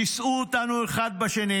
שיסו אותנו אחד בשני,